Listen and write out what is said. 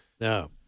No